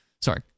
Sorry